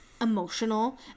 emotional